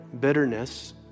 bitterness